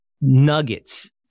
nuggets